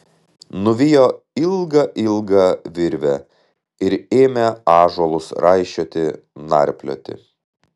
nuvijo ilgą ilgą virvę ir ėmė ąžuolus raišioti narplioti